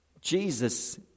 Jesus